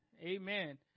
Amen